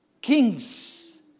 kings